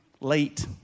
late